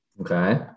Okay